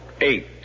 Eight